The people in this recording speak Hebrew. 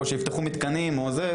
או שיפתחו מתקנים או זה,